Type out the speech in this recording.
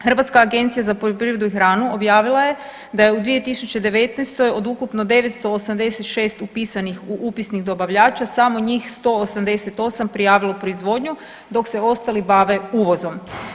Hrvatska agencija za poljoprivredu i hranu objavila je da je u 2019. od ukupno 986 upisanih u upisnik dobavljača samo njih 188 prijavilo proizvodnju, dok se ostali bave uvozom.